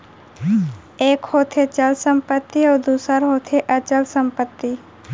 एक होथे चल संपत्ति अउ दूसर होथे अचल संपत्ति